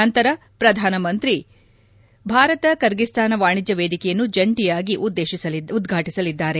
ನಂತರ ಶ್ರಧಾನ ಮಂತ್ರಿ ಮೋದಿ ಅವರು ಭಾರತ ಕರ್ಗಿಸ್ತಾನ ವಾಣಿಜ್ಯ ವೇದಿಕೆಯನ್ನು ಜಂಟಿಯಾಗಿ ಉದ್ವಾಟಿಸಲಿದ್ದಾರೆ